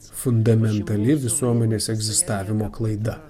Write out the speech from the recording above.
fundamentali visuomenės egzistavimo klaida